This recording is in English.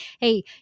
Hey